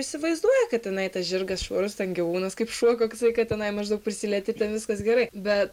įsivaizduoja kad tenai tas žirgas švarus ten gyvūnas kaip šuo koks kad tenai maždaug prisilieti ten viskas gerai bet